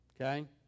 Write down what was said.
okay